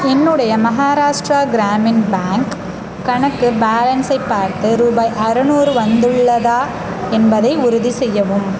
என்னுடைய மஹாராஷ்ரா கிராமின் பேங்க் கணக்கு பேலன்ஸை பார்த்து ரூபாய் அறநூறு வந்துள்ளதா என்பதை உறுதிசெய்யவும்